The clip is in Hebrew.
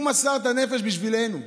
הוא מסר את הנפש בשבילנו,